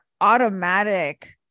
automatic